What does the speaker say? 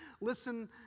Listen